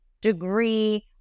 degree